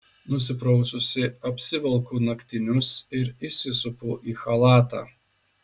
nusipraususi apsivelku naktinius ir įsisupu į chalatą